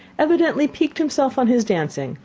evidently piqued himself on his dancing,